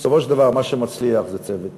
בסופו של דבר מה שמצליח זה צוות,